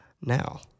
Now